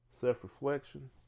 Self-reflection